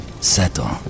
Settle